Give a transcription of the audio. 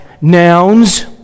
nouns